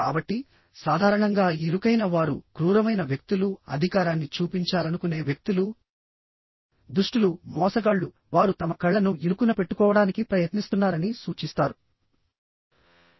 కాబట్టి సాధారణంగా ఇరుకైన వారు క్రూరమైన వ్యక్తులు అధికారాన్ని చూపించాలనుకునే వ్యక్తులు దుష్టులు మోసగాళ్ళు వారు తమ కళ్ళను ఇరుకున పెట్టుకోవడానికి ప్రయత్నిస్తున్నారని సూచిస్తారు